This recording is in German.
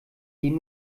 gehen